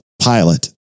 pilot